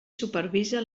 supervisa